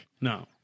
No